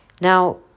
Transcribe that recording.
Now